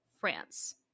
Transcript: France